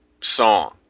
song